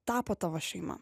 tapo tavo šeima